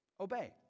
Obey